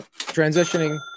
transitioning